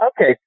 okay